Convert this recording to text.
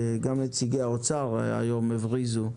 גם נציגי משרד האוצר היום הבריזו.